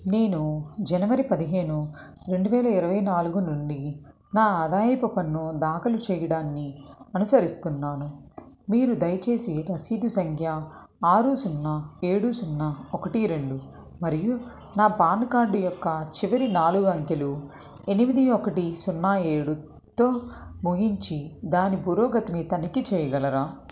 నేను జనవరి పదిహేను రెండువేల ఇరవై నాలుగు నుండి నా ఆదాయపు పన్ను దాఖలు చెయ్యడాన్ని అనుసరిస్తున్నాను మీరు దయచేసి రసీదు సంఖ్య ఆరు సున్నా ఏడు సున్నా ఒకటి రెండు మరియు నా పాన్ కార్డు యొక్క చివరి నాలుగు అంకెలు ఎనిమిది ఒకటి సున్నా ఏడుతో ముగించి దాని పురోగతిని తనిఖీ చెయ్యగలరా